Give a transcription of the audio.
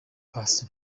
paccy